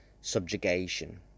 subjugation